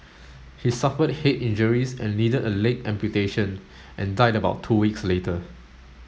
he suffered head injuries and needed a leg amputation and died about two weeks later